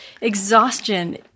exhaustion